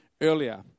earlier